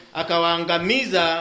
akawangamiza